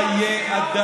זה חיי אדם.